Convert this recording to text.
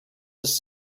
his